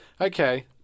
Okay